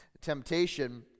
temptation